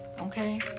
okay